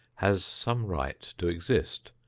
has some right to exist.